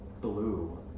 Blue